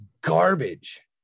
garbage